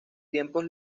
tiempos